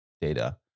data